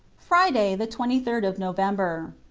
friday, the twenty third of november.